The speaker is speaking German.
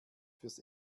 fürs